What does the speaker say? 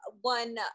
one